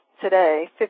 today